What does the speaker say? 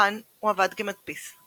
כאן הוא עבד כמדפיס,